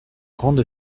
grande